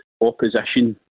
opposition